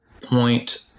point